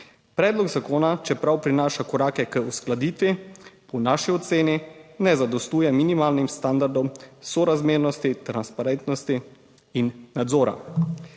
Predlog zakona, čeprav prinaša korake k uskladitvi, po naši oceni ne zadostuje minimalnim standardom sorazmernosti, transparentnosti in nadzora.